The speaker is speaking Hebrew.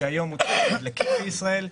שהיום הוא לדלקים בישראל,